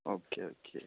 okay okay